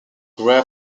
great